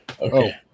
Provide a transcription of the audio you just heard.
Okay